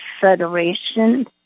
Federation